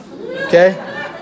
Okay